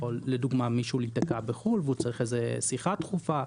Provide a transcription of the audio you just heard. מישהו להיתקע בחוץ לארץ והוא צריך שיחה דחופה.